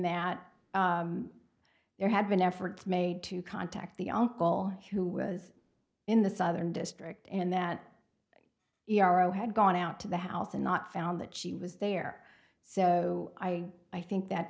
that there had been efforts made to contact the uncle who was in the southern district in that yarrow had gone out to the house and not found that she was there so i i think that